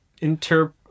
inter